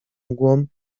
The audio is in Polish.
mgłą